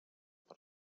per